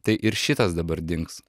tai ir šitas dabar dings